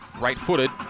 Right-footed